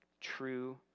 true